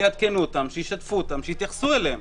שיעדכנו אותם, שישתפו אותם, שיתייחסו אליהם.